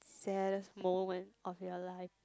saddest moment of your life